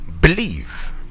believe